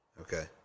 Okay